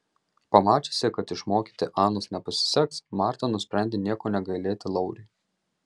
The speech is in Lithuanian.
pamačiusi kad išmokyti anos nepasiseks marta nusprendė nieko negailėti lauriui